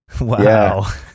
Wow